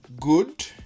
good